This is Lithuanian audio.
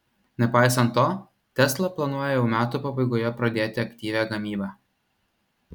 nepaisant to tesla planuoja jau metų pabaigoje pradėti aktyvią gamybą